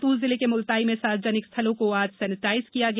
बैतूल जिले के मुलताई में सार्वजनिक स्थलों को आज सेनेटराइज किया गया